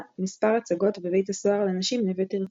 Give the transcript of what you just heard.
מספר הצגות בבית הסוהר לנשים נווה תרצה.